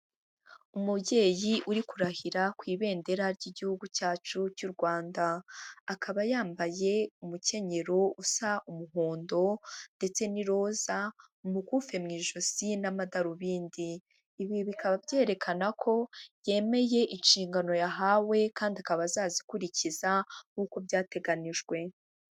Umubyeyi uri kurahira ku ibendera ry'igihugu cyacu cy'u Rwanda. Akaba yambaye umukenyero usa umuhondo ndetse n'iroza, umukufi mu ijosi n'amadarubindi, ibi bikaba byerekana ko yemeye inshingano yahawe kandi akaba azazikurikiza, nk'uko byateganyijwe.